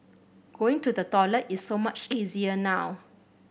going to the toilet is so much easier now